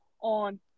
on